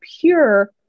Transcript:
pure